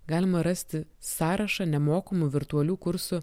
galima rasti sąrašą nemokamų virtualių kursų